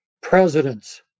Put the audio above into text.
presidents